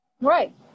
Right